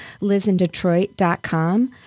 LizinDetroit.com